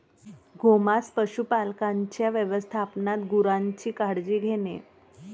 गोमांस पशुपालकांच्या व्यवस्थापनात गुरांची काळजी घेणे